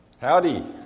Howdy